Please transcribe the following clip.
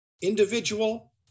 individual